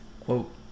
quote